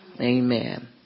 Amen